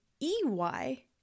E-Y